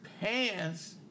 pants